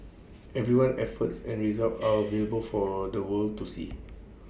everyone's efforts and results are available for the world to see